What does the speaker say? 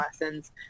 lessons